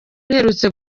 uherutse